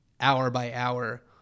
hour-by-hour